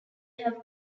have